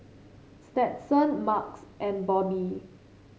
Stetson Marques and Bobbye